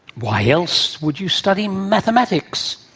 why else would you study mathematics,